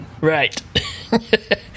Right